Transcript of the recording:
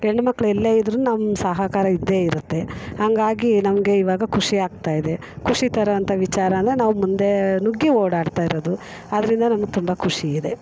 ಹೆಣ್ಮಕ್ಳು ಎಲ್ಲೇ ಇದ್ದರು ನಮ್ಮ ಸಹಕಾರ ಇದ್ದೇ ಇರುತ್ತೆ ಹಾಗಾಗಿ ನಮಗೆ ಇವಾಗ ಖುಷಿ ಆಗ್ತಾಯಿದೆ ಖುಷಿ ತರೋ ಅಂತ ವಿಚಾರನ ನಾವು ಮುಂದೆ ನುಗ್ಗಿ ಓಡಾಡ್ತಾ ಇರೋದು ಆದ್ದರಿಂದ ನಮಗೆ ತುಂಬ ಖುಷಿ ಇದೆ